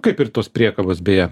kaip ir tos priekabos beje